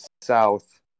south